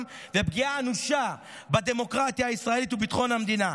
ולפגיעה אנושה בדמוקרטיה הישראלית וביטחון המדינה,